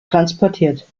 transportiert